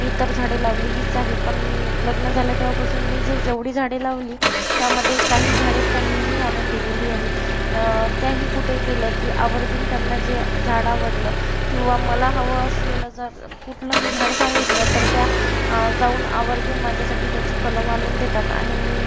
मी तर झाडे लावलेलीच आहे पण लग्न झालं तेव्हापासून मी जे जेवढी झाडे लावली त्यामध्ये काही झाडे त्यांनीही आणून दिलेली आहेत त्याही कुठे गेल्या की आवर्जून त्यांना जे झाड आवडलं किंवा मला हवं असलेलं जर कुठलं मी झाड सांगितलं तर त्या जाऊन आवर्जून माझ्यासाठी त्याची कलम आणून देतात आणि मी